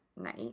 night